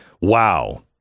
wow